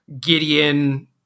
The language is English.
Gideon